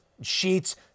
sheets